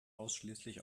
ausschließlich